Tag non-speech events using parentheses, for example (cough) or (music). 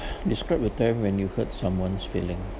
(breath) describe a time when you hurt someone's feeling